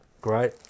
great